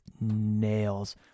nails